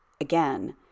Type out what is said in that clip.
again